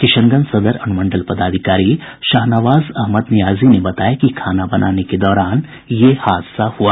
किशनगंज सदर अनुमंडल पदाधिकारी शाहनवाज अहमद नियाजी ने बताया कि खाना बनाने के दौरान यह हादसा हुआ